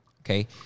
Okay